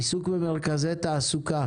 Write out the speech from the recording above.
עיסוק במרכזי תעסוקה